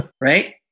right